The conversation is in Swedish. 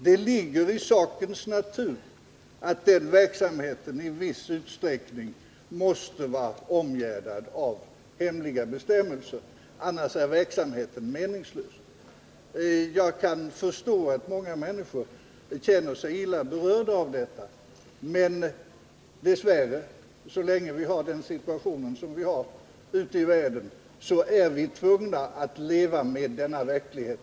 Det ligger i sakens natur att den verksamheten i viss utsträckning måste vara omgärdad av hemliga bestämmelser — annars blir verksamheten meningslös. Jag kan förstå att många människor känner sig illa berörda av detta, men så länge vi har den situation vi har ute i världen är vi dess värre tvungna att leva med denna verklighet.